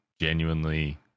genuinely